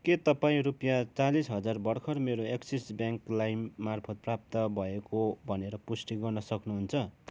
के तपाईँ रुपियाँ चालिस हजार भर्खर मेरो एक्सिस ब्याङ्क लाइममार्फत प्राप्त भएको भनेर पुष्टि गर्न सक्नुहुन्छ